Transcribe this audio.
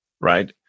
right